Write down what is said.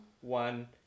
one